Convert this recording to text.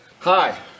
hi